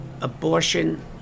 abortion